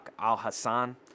Al-Hassan